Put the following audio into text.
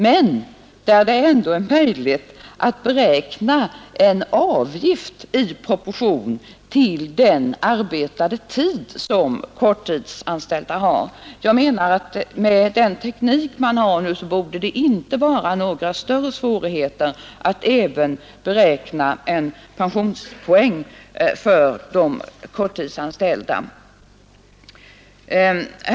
För dessa korttidsanställda kan man beräkna en avgift i proportion till den tid de arbetat. Med den teknik som man numera har borde det inte vara några större svårigheter att beräkna pensionspoäng även för de korttidsanställ 103 da.